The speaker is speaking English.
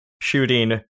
shooting